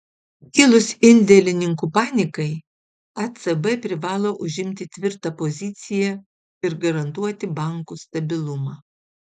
kilus indėlininkų panikai ecb privalo užimti tvirtą poziciją ir garantuoti bankų stabilumą